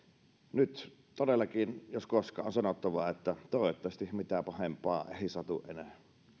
nyt todellakin jos koskaan on sanottava että toivottavasti mitään pahempaa ei satu enää